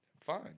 fine